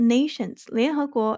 Nations,联合国